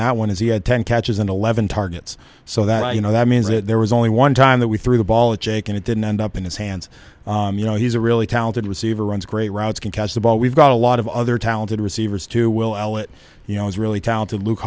that one is he had ten catches and eleven targets so that you know that means that there was only one time that we threw the ball a chick and it didn't end up in his hands you know he's a really talented receiver runs great routes can catch the ball we've got a lot of other talented receivers too will it you know is really talented luke